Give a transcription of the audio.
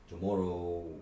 tomorrow